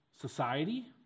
society